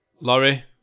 Laurie